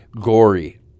Gory